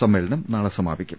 സമ്മേളനം നാളെ സമാപിക്കും